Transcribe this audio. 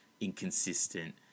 inconsistent